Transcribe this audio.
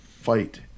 fight